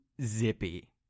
Zippy